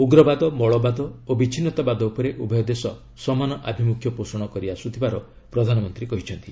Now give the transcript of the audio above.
ଉଗ୍ରବାଦ ମୌଳବାଦ ଓ ବିଚ୍ଛିନ୍ନତାବାଦ ଉପରେ ଉଭୟ ଦେଶ ସମାନ ଆଭିମୁଖ୍ୟ ପୋଷଣ କରିଆସୁଥିବାର ପ୍ରଧାନମନ୍ତ୍ରୀ କହିଛନ୍ତି